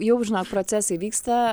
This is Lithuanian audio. jau žinok procesai vyksta